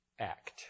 act